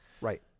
right